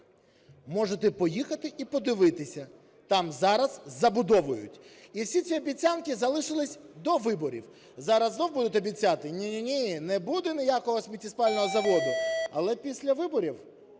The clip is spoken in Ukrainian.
Можете поїхати і подивитися – там зараз забудовують. І всі ці обіцянки залишились до виборів. Зараз знову будуть обіцяти: "Ні-ні, не буде ніякого сміттєспалювального заводу". Але після виборів,